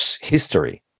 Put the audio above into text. history